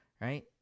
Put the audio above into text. right